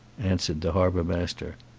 answered the harbour master.